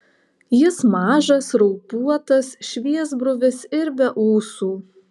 jis mažas raupuotas šviesbruvis ir be ūsų